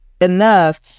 enough